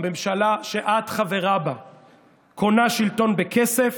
הממשלה שאת חברה בה קונה שלטון בכסף